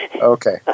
Okay